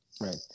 right